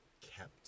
kept